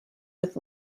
with